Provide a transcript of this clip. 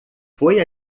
foi